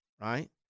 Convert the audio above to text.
right